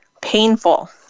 painful